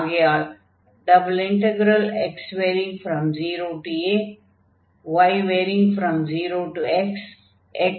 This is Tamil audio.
ஆகையால் x0a0yxxx2y2dydx x0axx